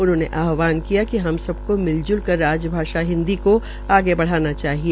उन्होंने आहवान किया कि हम सबकों मिलज्ल कर राजभाषा हिन्दी का आगे बढ़ाना चाहिए